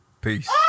Peace